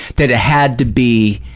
that it had to be